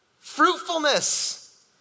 fruitfulness